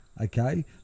Okay